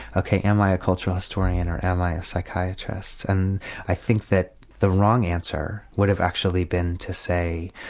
ok am i a cultural historian or am i a psychiatrist? and i think that the wrong answer would have actually been to say